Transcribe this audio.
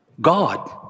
God